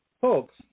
Folks